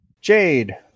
Jade